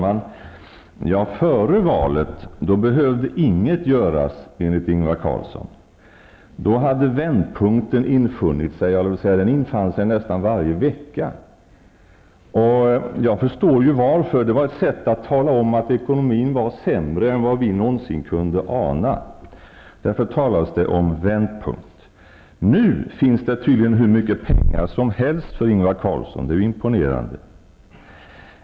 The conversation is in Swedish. Fru talman! Före valet behövde ingenting göras enligt Ingvar Carlsson. Då hade vändpunkten infunnit sig, ja, den infann sig nästan varje vecka. Nu förstår jag varför. Det var ett sätt att tala om att ekonomin var sämre än vad vi någonsin kunde ana. Därför talades det om vändpunkt. Nu finns det tydligen hur mycket pengar som helst för Ingvar Carlsson. Det är imponerande.